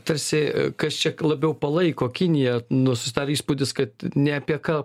tarsi kas čia labiau palaiko kiniją nu susidarė įspūdis kad ne apie ką